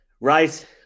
Right